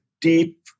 deep